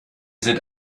sind